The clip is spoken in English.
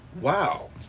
wow